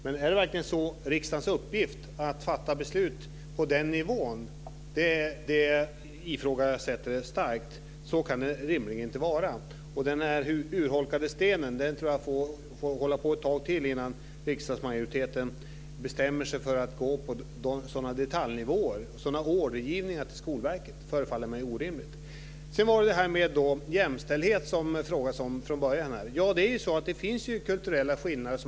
Men är det verkligen riksdagens uppgift att fatta beslut på den nivån? Det ifrågasätter jag starkt. Så kan det rimligen inte vara. Droppen som urholkar stenen får nog hålla på ett tag till innan riksdagsmajoriteten bestämmer sig för att gå in på sådana detaljnivåer. Sådan ordergivningar till Skolverket förefaller mig orimliga. Sedan frågades det om jämställdhet. Man kommer ju till skolan med kulturella skillnader.